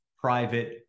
private